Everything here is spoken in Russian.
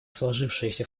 сложившаяся